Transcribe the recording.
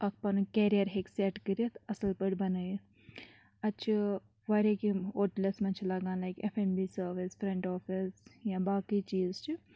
اَکھ پںُن کیریَر ہیٚکہِ سیٹ کٔرِتھ اَصٕل پٲٹھۍ بَنٲیِتھ اَتہِ چھِ واریاہ یِم ہوٹلَز منٛز چھِ لگان like F and B service front office یا باقٕے چیٖز چھِ